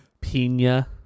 Pina